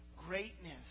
greatness